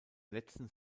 letzten